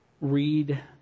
read